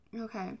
okay